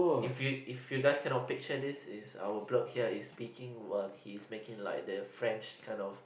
if you if you guys cannot picture this is our bloke here is speaking while he is making like the French kind of